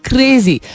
crazy